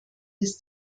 des